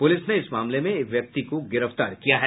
police ने इस मामले में एक व्यक्ति को गिरफ्तार भी किया है